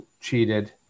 cheated